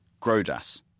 Grodas